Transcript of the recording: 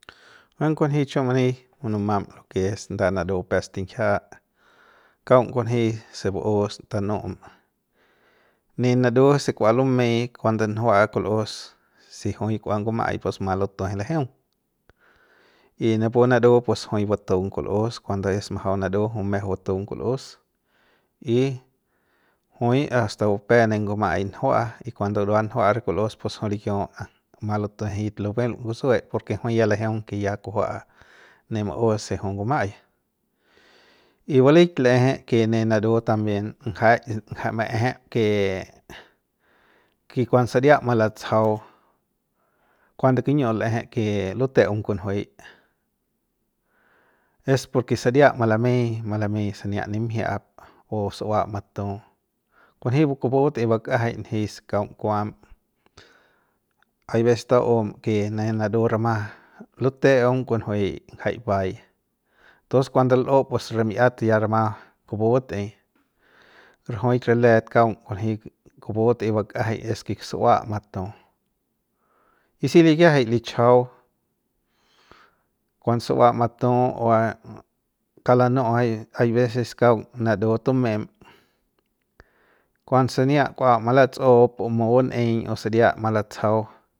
A kunjo chiu mani munumam lo ke es nda naru pestinkjia kaung kunji se vo'us tanu'um ne naru se kua lumei kuando nju'a'a kul'us si jui kua nguma'ai pus ma lutujue' lajeung y napu naru pus jui vatung kul'us kuando es majau naru jui mejeu vatung kul'us y jui asta bupe ne nguma'ai njua'a y kuando burua njua'a re kul'us pus jui likiu ma lutujue yit lubeul ngutsue porque jui ya lajeung ke ya kujua'a ne mau's se jui nguma'ai y valik l'eje ke ne naru también ngajai nja'a maejep ke ke kuanse saria malatsajau kuando kiñiu'u leje ke luteung kunjuei es porke saria malamei malamei sania nimjiap o su'ua matu kunjei kupu batei buk'ajai nji se kaung kuaam ay veces ta'um ke ne naru rama lute'eung kunjuei jai bai tus kuando l'u pus remiat ya rama kupu bate'ei rajuik re let kaung kunjei kupu bat'ei bak'ajai esk su'ua matu y si likiajai lishajau kuanso su'ua matu kalanu'u ay ay veces kaung naru tume'em kuanse sania kua malatsu'up o mubun'eiñ o saria malatsajau.